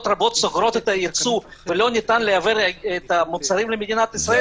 רבות סוגרות את הייצוא ולא ניתן לייבא את המוצרים למדינת ישראל,